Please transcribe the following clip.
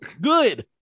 good